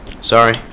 Sorry